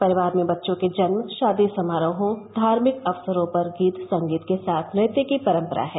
परिवार में बच्चों के जन्म शादी समारोहों धार्मिक अक्सरों पर गीत संगीत के साथ नृत्य की परंपरा है